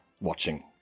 watching